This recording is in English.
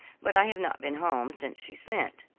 but i have not been home since she sent.